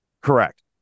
Correct